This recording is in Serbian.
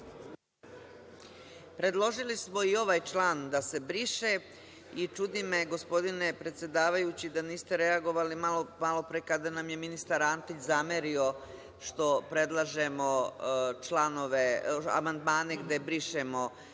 Predložili smo i ovaj član da se briše. Čudi me, gospodine predsedavajući, da niste reagovali malopre kada nam je ministar Antić zamerio što predlažemo amandmane gde predlažemo